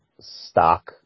stock